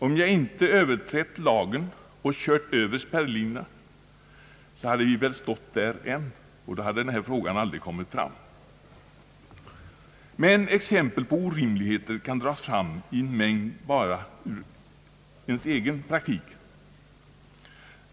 Om jag inte överträtt lagen och kört över spärrlinjerna, så hade vi väl stått där än, och då hade den här frågan aldrig kommit fram. Exempel på orimligheter kan dras fram i mängd bara ur egen praktik.